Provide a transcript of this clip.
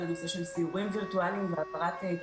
הנושא של סיורים וירטואליים צריך להיות